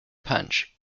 punch